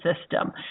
system